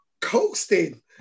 coasting